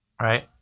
right